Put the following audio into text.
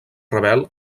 rebel